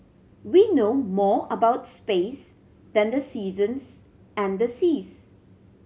we know more about space than the seasons and the seas